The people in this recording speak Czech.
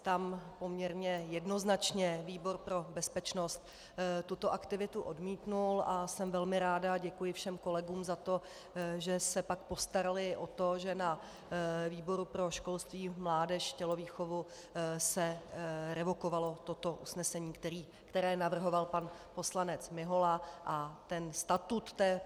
Tam poměrně jednoznačně výbor pro bezpečnost tuto aktivitu odmítl a jsem velmi ráda a děkuji všem kolegům za to, že se pak postarali o to, že na výboru pro školství, mládež, tělovýchovu se revokovalo toto usnesení, které navrhoval pan poslanec Mihola, a statut té